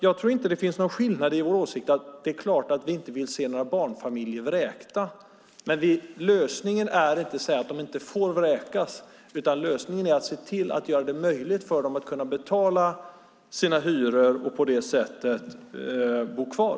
Jag tror att vi är helt eniga om att vi inte vill se några barnfamiljer vräkta, men lösningen är inte att säga att de inte får vräkas. Lösningen är att göra det möjligt för dem att betala sina hyror och på det sättet bo kvar.